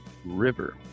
River